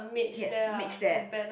yes mage there